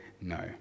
no